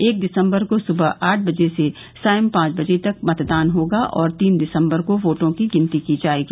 एक दिसम्बर को सुबह आठ बजे से सायं पांच बजे तक मतदान होगा और तीन दिसम्बर को वोटों की गिनती की जायेगी